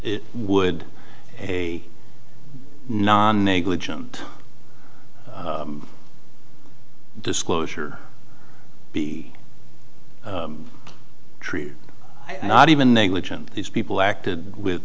it would a non negligent disclosure be i'm not even negligent these people acted with